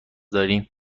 دارم